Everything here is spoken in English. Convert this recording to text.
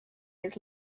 his